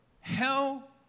Hell